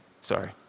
Sorry